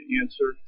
answer